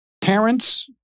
parents